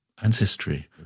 ancestry